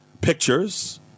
pictures